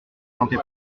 sentez